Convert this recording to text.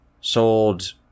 sold